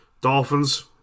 Dolphins